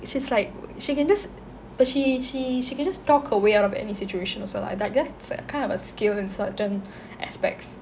she's like she can just but she she she can just talk her way out of any situation also lah like that's kind of a skill in certain aspects